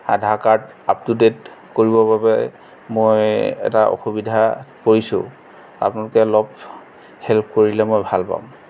Aadhaar card up to date কৰিবৰ বাবে মই এটা অসুবিধাত পৰিছোঁ আপোনালোকে অলপ হেল্প কৰিলে মই ভাল পাম